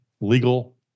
legal